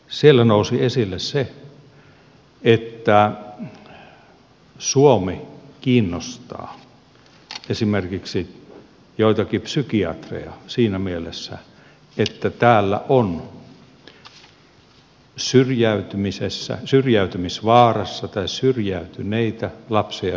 siellä nousi esille se että suomi kiinnostaa esimerkiksi joitakin psykiatreja siinä mielessä että täällä on syrjäytymisvaarassa tai syrjäytyneitä lapsia ja nuoria paljon